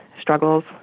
struggles